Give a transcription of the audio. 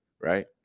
Right